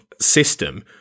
system